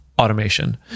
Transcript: automation